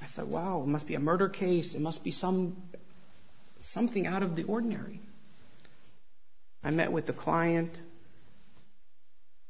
i thought wow must be a murder case it must be some something out of the ordinary i met with the client